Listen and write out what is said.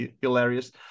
hilarious